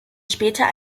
später